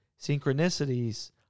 Synchronicities